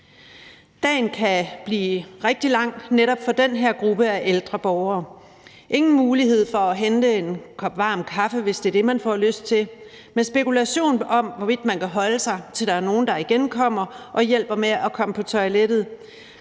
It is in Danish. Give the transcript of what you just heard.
Dagen kan blive rigtig lang for netop den her gruppe af ældre borgere. Der er ingen mulighed for at hente en kop varm kaffe, hvis det er det, man får lyst til. Der er spekulation om, hvorvidt man kan holde sig, til der igen kommer nogen og hjælper en med at komme på toilettet.